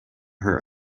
her